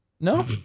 No